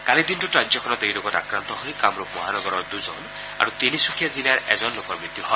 কালিৰ দিনটোত ৰাজ্যখনত এই ৰোগত আক্ৰান্ত হৈ কামৰূপ মহানগৰৰ দুজন আৰু তিনিচুকীয়া জিলাৰ এজন লোকৰ মৃত্যু হয়